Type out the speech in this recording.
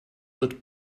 wird